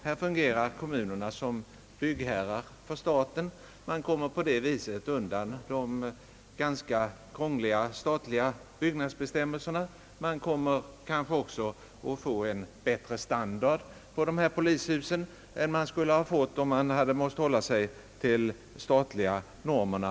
Här fungerar kommunerna som byggherrar för staten. På det viset kommer man undan de ganska krångliga statliga byggnadsbestämmelserna och får kanske även en bättre standard på dessa polishus än man hade fått om man måst hålla sig till statliga normer.